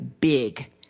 big